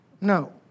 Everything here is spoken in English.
No